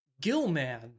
Gilman